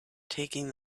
taking